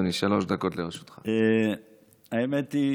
האמת היא